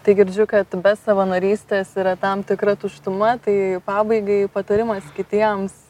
tai girdžiu kad be savanorystės yra tam tikra tuštuma tai pabaigai patarimas kitiems